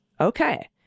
Okay